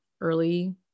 early